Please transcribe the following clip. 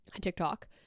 TikTok